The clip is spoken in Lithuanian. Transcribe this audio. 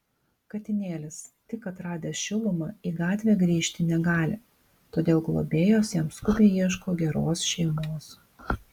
katinėlis tik atradęs šilumą į gatvę grįžti negali todėl globėjos jam skubiai ieško geros šeimos